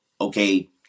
okay